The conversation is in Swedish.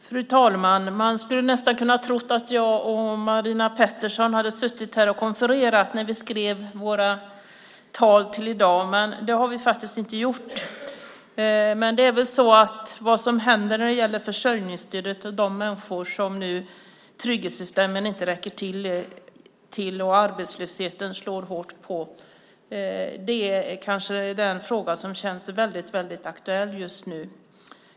Fru talman! Man skulle nästan ha kunnat tro att jag och Marina Pettersson hade suttit här och konfererat när vi skrev våra tal till i dag, men det har vi faktiskt inte gjort. Men det är väl så att det som händer när det gäller försörjningsstödet och de människor som trygghetssystemen nu inte räcker till för och som arbetslösheten slår hårt mot är en fråga som känns väldigt aktuell just nu.